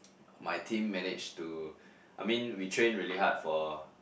my team managed to I mean we train really hard for